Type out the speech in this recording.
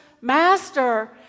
Master